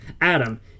Adam